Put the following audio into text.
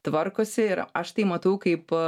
tvarkosi ir aš tai matau kaip